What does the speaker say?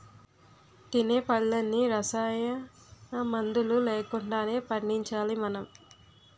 తినే పళ్ళన్నీ రసాయనమందులు లేకుండానే పండించాలి మనం